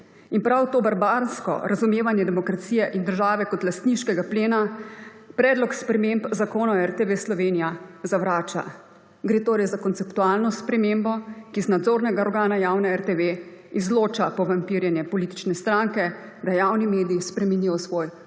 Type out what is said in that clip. In to barbarsko razumevanje demokracije in države kot lastniškega plena predlog sprememb zakona o RTV Slovenija zavrača. Gre torej za konceptualno spremembo, ki iz nadzornega organa javne RTV izloča povampirjanje politične stranke, da javni mediji spremenijo v svoj